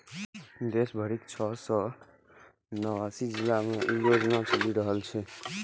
देश भरिक छह सय नवासी जिला मे ई योजना चलि रहल छै